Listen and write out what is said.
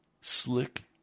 slick